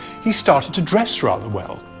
he started to dress rather well.